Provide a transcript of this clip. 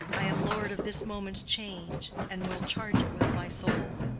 i am lord of this moment's change, and will charge it with my soul.